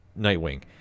Nightwing